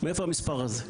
מאיפה המספר הזה?